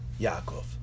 Yaakov